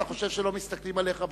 אתה חושב שלא מסתכלים עליך בטלוויזיה?